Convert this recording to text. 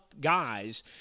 guys